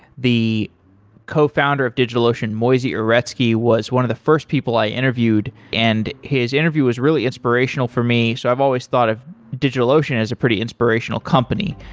the cofounder of digitalocean, moisey uretsky, was one of the first people i interviewed, and his interview was really inspirational for me. so i've always thought of digitalocean as a pretty inspirational company.